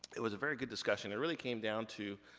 it was a very good discussion. it really came down to,